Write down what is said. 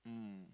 mm